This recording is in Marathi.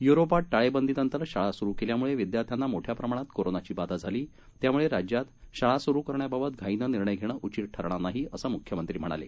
युरोपात टाळेबंदीनंतर शाळा सुरु केल्यामुळे विद्यार्थ्यांना मोठ्या प्रमाणात कोरोनाची बाधा झाली त्यामुळे राज्यात शाळा सुरु करण्याबाबत घाईनं निर्णय घेणं उचित ठरणार नाही असं मुख्यमंत्र्यांनी सांगितलं